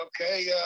Okay